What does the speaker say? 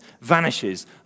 vanishes